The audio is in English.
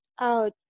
out